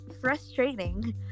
frustrating